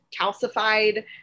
calcified